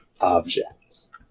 objects